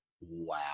wow